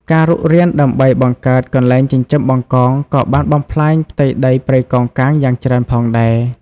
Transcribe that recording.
ការរុករានដីដើម្បីបង្កើតកន្លែងចិញ្ចឹមបង្កងក៏បានបំផ្លាញផ្ទៃដីព្រៃកោងកាងយ៉ាងច្រើនផងដែរ។